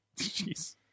Jeez